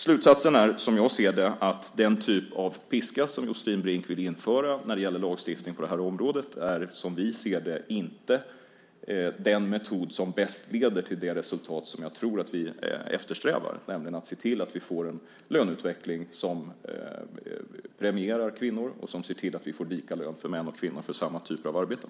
Slutsatsen är att den typ av piska som Josefin Brink vill införa när det gäller lagstiftning på det här området inte är, som vi ser det, den metod som bäst leder till det resultat som jag tror att vi eftersträvar, nämligen att se till att vi får en löneutveckling som premierar kvinnor och som ser till att vi får lika lön för män och kvinnor för samma typ av arbeten.